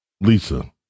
Lisa